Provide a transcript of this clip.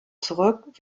zurück